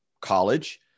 college